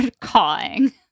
cawing